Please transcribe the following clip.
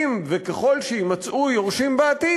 אם וככל שיימצאו יורשים בעתיד,